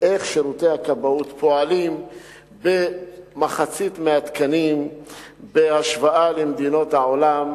שירותי הכבאות פועלים במחצית התקנים בהשוואה למדינות העולם,